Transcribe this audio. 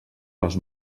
les